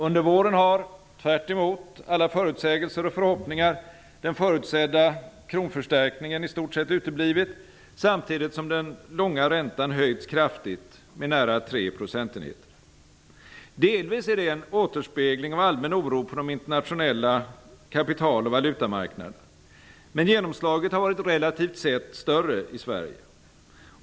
Under våren har tvärtemot alla förutsägelser och förhoppningar den förutsedda kronförstärkningen i stort sett uteblivit, samtidigt som den långa räntan höjts kraftigt, med nära 3 procentenheter. Delvis är det en återspegling av allmän oro på de internationella kapital och valutamarknaderna, men genomslaget har varit relativt sett större i Sverige.